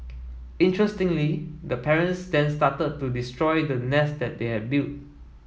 interestingly the parents then started to destroy the nest they had built